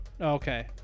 Okay